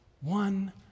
one